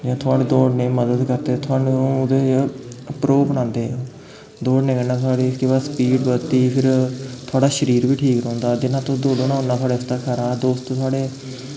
थुआढ़ी दौड़ने च मदद करदे थुहानूं ओह्दे च प्रो बनांदे दौड़ने कन्नै थुआढ़ी केह् पता स्पीड बधदी फिर थुआढ़ा शरीर बी ठीक रौंह्दा जिन्ना तुस दौड़ो ना उन्ना थुआढ़े आस्तै खरा ऐ दोस्त थुआढ़े